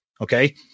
okay